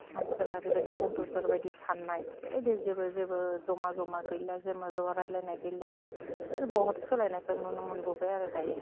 मानसिफोरा ओरैबायदि कम्पिउटार बायदि साननाय ए दे जेबो जेबो जमा जमा गैला जमा जमा रायलायनाय गैला दा आरो बहत सोलायनायखौ नुनो मोनबोबाय आरो दायो